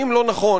האם לא נכון,